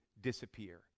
disappear